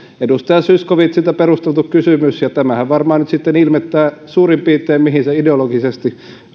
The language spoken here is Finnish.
edustaja zyskowiczilta perusteltu kysymys tämähän varmaan nyt sitten ilmentää suurin piirtein mihin se